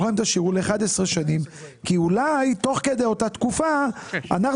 ל-11 שנים כי אולי תוך כדי אותה תקופה אנחנו